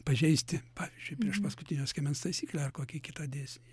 pažeisti pavyzdžiui priešpaskutinio skiemens taisyklę ar kokį kitą dės